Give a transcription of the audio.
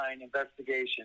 investigation